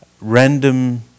random